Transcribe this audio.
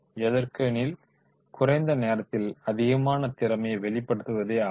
எதற்கெனில் குறைந்த நேரத்தில் அதிகமான திறமையை வெளிப்படுத்துவதற்கேயாகும்